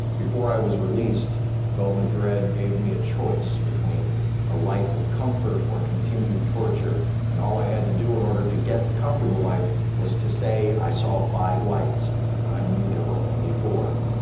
before i was released, gul madred gave me a choice between a life of comfort or continued torture, and all i had to do in order to get the comfortable life was to say i saw five lights when i knew there were only four.